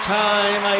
time